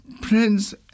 Prince